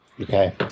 Okay